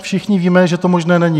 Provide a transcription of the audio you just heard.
Všichni víme, že to možné není.